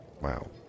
wow